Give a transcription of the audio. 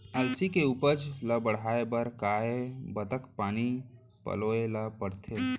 अलसी के उपज ला बढ़ए बर कय बखत पानी पलोय ल पड़थे?